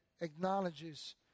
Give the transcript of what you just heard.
acknowledges